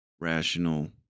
rational